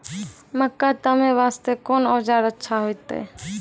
मक्का तामे वास्ते कोंन औजार अच्छा होइतै?